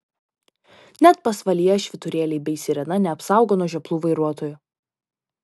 net pasvalyje švyturėliai bei sirena neapsaugo nuo žioplų vairuotojų